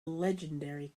legendary